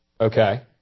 okay